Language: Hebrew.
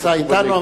נמצא אתנו.